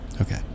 Okay